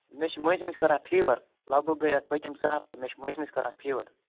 مےٚ چھِ مٔنٛزۍ مٔنٛزۍ کَران فیٖوَر لگ بگ گٔے اَتھ پٔتِم زٕ ہَفتہٕ مےٚ چھِ منٛزۍ منٛزۍ کَران فیٖوَر